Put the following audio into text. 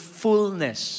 fullness